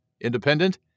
Independent